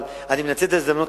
אבל אני מנצל את ההזדמנות,